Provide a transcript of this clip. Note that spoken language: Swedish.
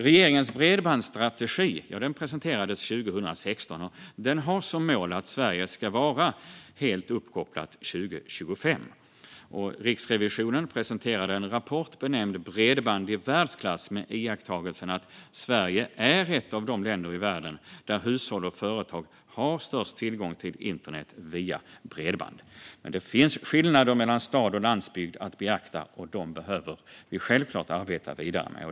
Regeringens bredbandsstrategi presenterades 2016, och den har som mål att Sverige ska vara helt uppkopplat 2025. Riksrevisionen presenterande en rapport benämnd Bredband i världsklass? med iakttagelsen att Sverige är ett av de länder i världen där hushåll och företag har störst tillgång till internet via bredband. Men det finns skillnader mellan stad och landsbygd att beakta, och dem måste vi självklart arbeta vidare med.